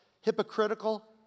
hypocritical